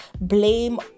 blame